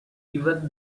even